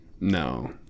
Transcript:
No